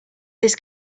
this